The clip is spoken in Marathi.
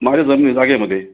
माझ्या जमिनी जागेमध्ये